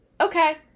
okay